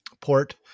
port